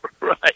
Right